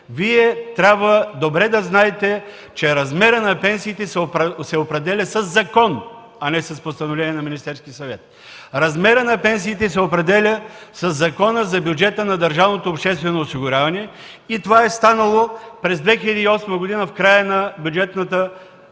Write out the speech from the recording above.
Вие трябва добре да знаете, че размерът на пенсиите се определя със закон, а не с постановление на Министерския съвет. Размерът на пенсиите се определя със Закона за бюджета на държавното обществено осигуряване. Това е станало през 2008 г., в края на процедурата